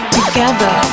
Together